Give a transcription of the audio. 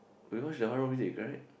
wait which the horror movies that you cried